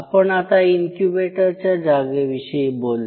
आपण आता इन्क्युबेटरच्या जागेविषयी बोललो